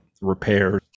repairs